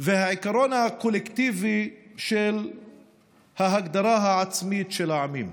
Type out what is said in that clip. והעיקרון הקולקטיבי של ההגדרה העצמית של העמים.